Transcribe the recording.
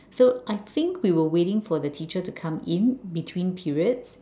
so I think we were waiting for the teacher to come in between periods